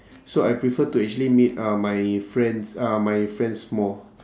so I prefer to actually meet uh my friends ah my friends more